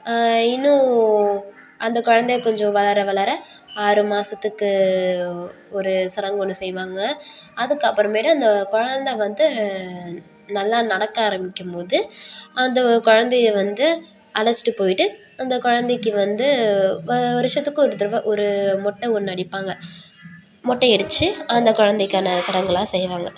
இன்னும் அந்த குழந்த கொஞ்சம் வளர வளர ஆறுமாதத்துக்கு ஒரு சடங்கு ஒன்று செய்வாங்க அதுக்கப்புறமேட்டு அந்த குழந்த வந்து நல்லா நடக்க ஆரம்பிக்கும்போது அந்த குழந்தைய வந்து அழைச்சிட்டு போய்ட்டு அந்த குழந்தைக்கு வந்து வருஷத்துக்கு ஒரு தடவை ஒரு மொட்டை ஒன்று அடிப்பாங்க மொட்டையடிச்சு அந்த குழந்தைக்கான சடங்கெலாம் செய்வாங்க